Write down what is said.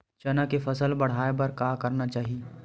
चना के फसल बढ़ाय बर का करना चाही?